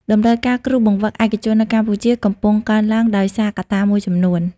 តម្រូវការគ្រូបង្វឹកឯកជននៅកម្ពុជាកំពុងកើនឡើងដោយសារកត្តាមួយចំនួន។